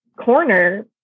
corner